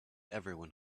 everyone